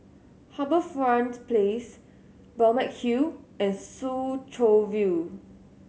HarbourFront Place Balmeg Hill and Soo Chow View